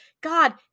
God